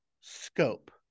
scope